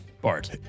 Bart